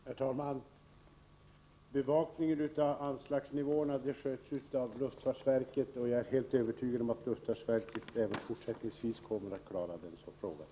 Herr talman! Bevakningen av anslagsnivåerna sköts av luftfartsverket, och jag är helt övertygad om att luftfartsverket även fortsättningsvis kommer att klara den saken.